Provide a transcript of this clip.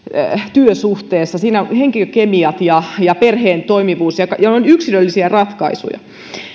työsuhteessa henkilökemiat ja ja perheen toimivuus ja ne ovat yksilöllisiä ratkaisuja